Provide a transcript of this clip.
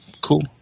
Cool